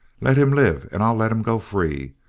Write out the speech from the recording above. let him live and i'll let him go free.